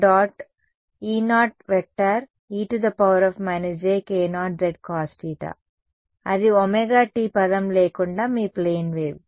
E0e jk0z cos అది ωt పదం లేకుండా మీ ప్లేన్ వేవ్